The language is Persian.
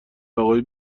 آقای